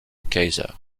kaiser